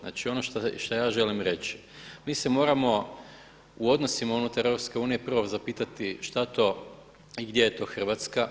Znači ono što ja želim reći, mi se moramo u odnosima unutar EU prvo zapitati šta je to i gdje je to Hrvatska.